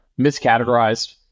miscategorized